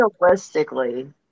realistically